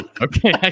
Okay